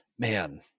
man